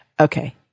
okay